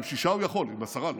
עם שישה הוא יכול, עם עשרה לא.